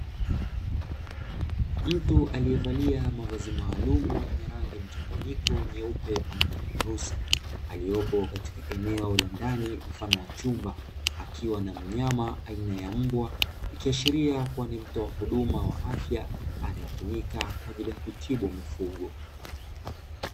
Mtu aliyevalia mavazi maalumu yenye rangi mchanganyiko nyeupe pamoja na nyeusi aliopo katika eneo la ndani mfano wa chumba akiwa na mnyama aina ya mbwa, ikiashiria kuwa ni mtoa huduma wa afya anayetumika kwa ajili ya kutibu mifugo.